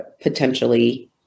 potentially